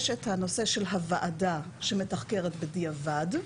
יש את הנושא של הוועדה, שמתחקרת בדיעבד,